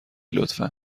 لطفا